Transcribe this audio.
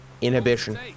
inhibition